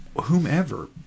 whomever